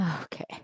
Okay